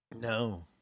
No